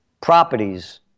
properties